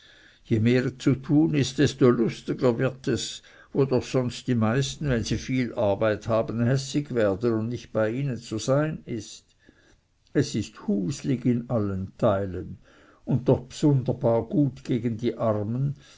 je mehr zu tun ist desto lustiger wird es wo doch sonst die meisten wenn sie viel arbeit haben hässig werden und nicht bei ihnen zu sein ist es ist huslig in allen teilen und doch bsunderbar gut gegen die armen